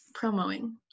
promoing